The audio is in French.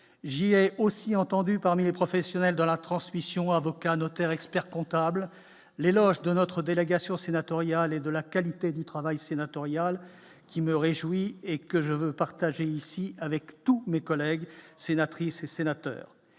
j'ai aussi entendu parmi les professionnels de la transmission, avocats, notaires experts-comptables, l'éloge de notre délégation sénatoriale et de la qualité du travail sénatorial qui me réjouit et que je veux partager ici avec tous mes collègues sénatrices et sénateurs,